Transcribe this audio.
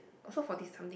also forty something